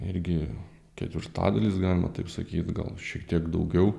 irgi ketvirtadalis galima taip sakyt gal šiek tiek daugiau